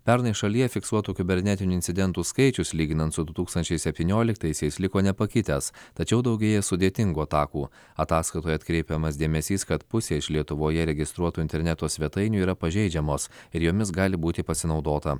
pernai šalyje fiksuotų kibernetinių incidentų skaičius lyginant su du tūkstančiai septynioliktaisiais liko nepakitęs tačiau daugėja sudėtingų atakų ataskaitoje atkreipiamas dėmesys kad pusė iš lietuvoje registruotų interneto svetainių yra pažeidžiamos ir jomis gali būti pasinaudota